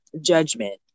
judgment